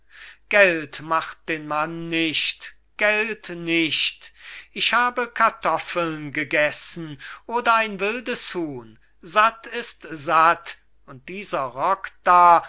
geld macht den mann nicht geld nicht ich habe kartoffeln gegessen oder ein wildes huhn satt ist satt und dieser rock da